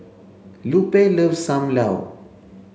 Lupe loves Sam Lau